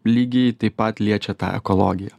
lygiai taip pat liečia tą ekologiją